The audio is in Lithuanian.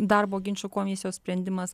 darbo ginčų komisijos sprendimas